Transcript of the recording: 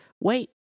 wait